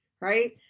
Right